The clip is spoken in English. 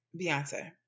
Beyonce